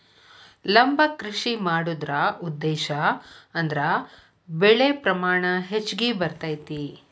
ಲಂಬ ಕೃಷಿ ಮಾಡುದ್ರ ಉದ್ದೇಶಾ ಅಂದ್ರ ಬೆಳೆ ಪ್ರಮಾಣ ಹೆಚ್ಗಿ ಬರ್ತೈತಿ